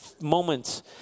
moments